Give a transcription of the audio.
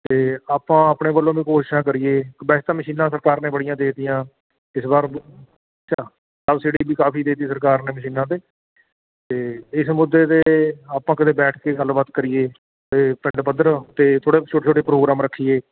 ਅਤੇ ਆਪਾਂ ਆਪਣੇ ਵੱਲੋਂ ਵੀ ਕੋਸ਼ਿਸ਼ਾਂ ਕਰੀਏ ਵੈਸੇ ਤਾਂ ਮਸ਼ੀਨਾਂ ਸਰਕਾਰ ਨੇ ਬੜੀਆਂ ਦੇ ਦਿੱਤੀਆਂ ਇਸ ਵਾਰ ਸਬ ਸਬਸੀਡੀਆਂ ਵੀ ਕਾਫੀ ਦੇਤੀ ਸਰਕਾਰ ਨੇ ਮਸ਼ੀਨਾਂ 'ਤੇ ਅਤੇ ਇਸ ਮੁੱਦੇ 'ਤੇ ਆਪਾਂ ਕਦੇ ਬੈਠ ਕੇ ਗੱਲਬਾਤ ਕਰੀਏ ਅਤੇ ਪਿੰਡ ਪੱਧਰ 'ਤੇ ਥੋੜ੍ਹੇ ਛੋਟੇ ਛੋਟੇ ਪ੍ਰੋਗਰਾਮ ਰੱਖੀਏ